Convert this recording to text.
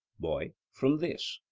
boy from this.